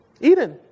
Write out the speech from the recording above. Eden